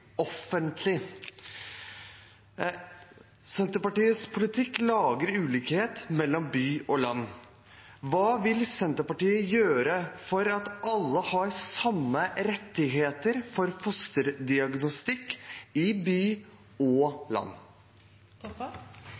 offentlig. Senterpartiets politikk skaper ulikhet mellom by og land. Hva vil Senterpartiet gjøre for at alle har samme rettighet til fosterdiagnostikk i by og land?